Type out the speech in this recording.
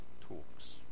talks